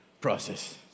process